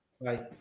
Bye